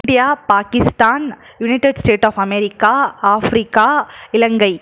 India Pakistan united state of America Africa Ilangai